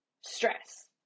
stress